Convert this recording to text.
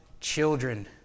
children